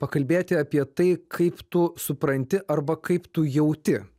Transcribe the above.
pakalbėti apie tai kaip tu supranti arba kaip tu jauti